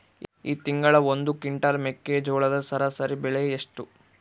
ಈ ತಿಂಗಳ ಒಂದು ಕ್ವಿಂಟಾಲ್ ಮೆಕ್ಕೆಜೋಳದ ಸರಾಸರಿ ಬೆಲೆ ಎಷ್ಟು?